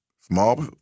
small